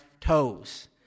toes